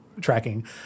tracking